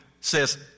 says